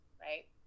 right